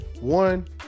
one